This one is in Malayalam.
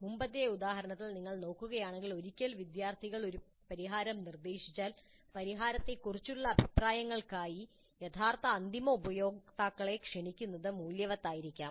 മുമ്പത്തെ ഉദാഹരണത്തിൽ നിങ്ങൾ നോക്കുകയാണെങ്കിൽ ഒരിക്കൽ വിദ്യാർത്ഥികൾ ഒരു പരിഹാരം നിർദ്ദേശിച്ചാൽ പരിഹാരത്തെക്കുറിച്ചുള്ള അഭിപ്രായങ്ങൾക്കായി യഥാർത്ഥ അന്തിമ ഉപയോക്താക്കളെ ക്ഷണിക്കുന്നത് മൂല്യവത്തായിരിക്കാം